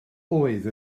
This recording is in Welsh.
oedd